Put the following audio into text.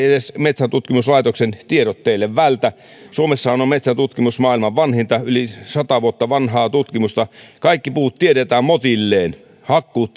edes metsäntutkimuslaitoksen tiedot teille vältä suomessahan on on metsätutkimus maailman vanhinta yli sata vuotta vanhaa tutkimusta kaikki puut tiedetään motilleen hakkuut